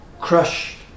crushed